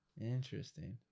Interesting